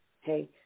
hey